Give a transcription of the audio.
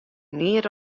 neat